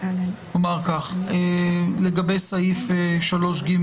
לגבי סעיף 3(ג)